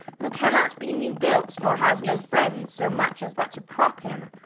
who cannot be new built, nor has no friends so much as but to prop him?